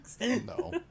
No